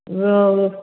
ம் ஓ ஓ